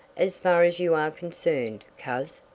as far as you are concerned, coz,